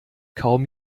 kaum